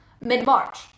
mid-March